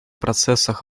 процессах